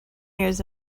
years